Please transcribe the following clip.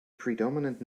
predominant